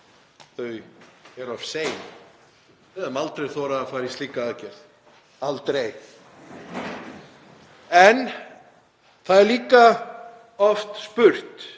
þau eru of sein? Við hefðum aldrei þorað að fara í slíka aðgerð. Aldrei. En það er líka oft spurt